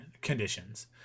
conditions